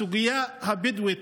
הסוגיה הבדואית,